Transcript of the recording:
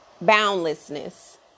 boundlessness